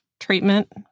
treatment